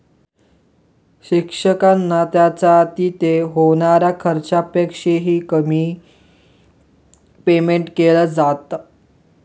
शिक्षकांना त्यांच्या तिथे होणाऱ्या खर्चापेक्षा ही, कमी पेमेंट केलं जात